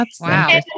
wow